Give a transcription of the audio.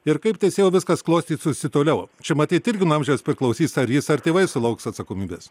ir kaip teisėjau viskas klostytųsi toliau čia matyt irgi nuo amžiaus priklausys ar jis ar tėvai sulauks atsakomybės